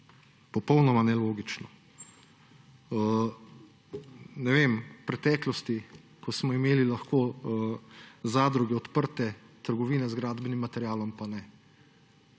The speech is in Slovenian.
Popolnoma nelogično. V preteklosti smo imeli lahko zadruge odprte, trgovine z gradbenim materialom pa ne.